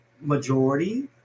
majority